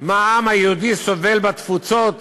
מה העם היהודי סובל בתפוצות